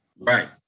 Right